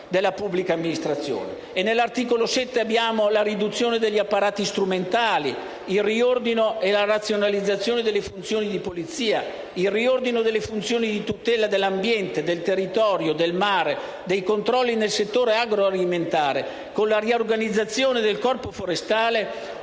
Nell'articolo 7 si prevede la riduzione degli apparati strumentali, il riordino e la razionalizzazione delle funzioni di polizia; il riordino delle funzioni di tutela dell'ambiente, del territorio, del mare, dei controlli nel settore agroalimentare, con la riorganizzazione del corpo forestale